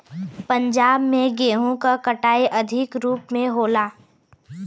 पंजाब में गेंहू क कटाई अधिक रूप में होला